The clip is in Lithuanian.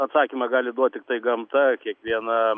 atsakymą gali duoti tiktai gamta kiekviena